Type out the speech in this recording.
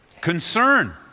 concern